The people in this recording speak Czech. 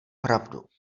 pravdu